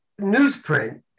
newsprint